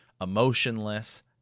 emotionless